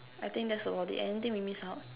I think that's about it anything we miss out